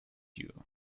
you